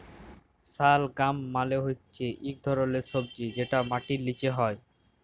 শালগাম মালে হচ্যে ইক ধরলের সবজি যেটা মাটির লিচে হ্যয়